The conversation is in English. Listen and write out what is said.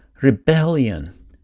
rebellion